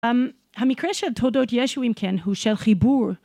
המקרה של תעודות ישו אם כן הוא של חיבור